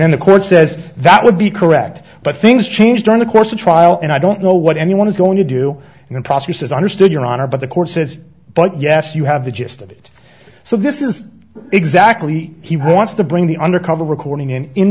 then the court says that would be correct but things change during the course of trial and i don't know what anyone is going to do in the process is understood your honor but the court says but yes you have the gist of it so this is exactly he wants to bring the undercover recording in in